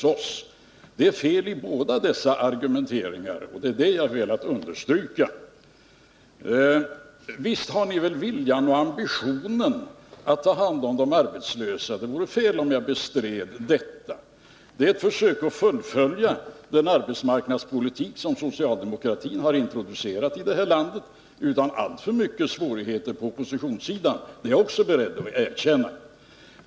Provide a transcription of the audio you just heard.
Det är fel i båda dessa argumenteringar, och det är det som jag har velat understryka. Visst har ni väl viljan och ambitionen att ta hand om de arbetslösa — det vore fel om jag bestred det. Ni gör ett försök att fullfölja den arbetsmarknadspolitik som socialdemokraterna har introducerat här i landet — utan att alltför stora svårigheter har rests från oppositionssidan, det är jag också beredd att erkänna.